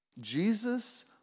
Jesus